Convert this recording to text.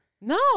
No